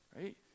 Right